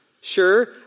Sure